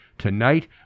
Tonight